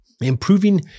Improving